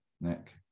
Nick